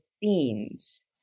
beans